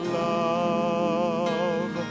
love